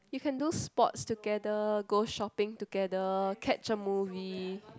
you can do sports together go shopping together catch a movie